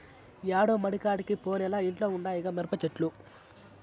యాడో మడికాడికి పోనేలే ఇంట్ల ఉండాయిగా మిరపచెట్లు